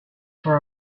for